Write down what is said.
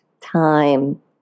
time